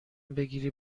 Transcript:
بگیری